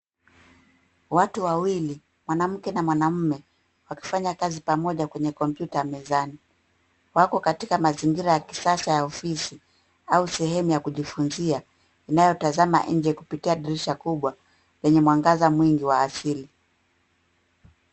Watu wawili, mwanamke na mwanaume ,wakifanya kazi pamoja kwenye kompyuta mezani. Wako mazingira ya kisasa ya kazi au sehemu ya kujifunzia inayotazama nje kupitia dirisha kubwa, yenye mwangaza mwingi wa asili